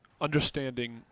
understanding